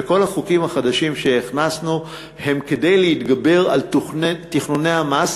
וכל החוקים החדשים שהכנסנו הם כדי להתגבר על תכנוני המס,